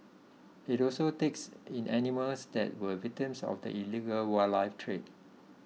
it also takes in animals that were victims of the illegal wildlife trade